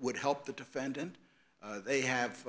would help the defendant they